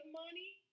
money